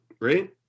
right